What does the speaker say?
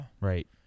Right